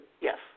Yes